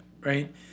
Right